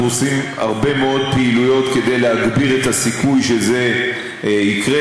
אנחנו עושים הרבה מאוד פעילויות כדי להגביר את הסיכוי שזה יקרה,